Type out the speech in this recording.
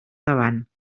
davant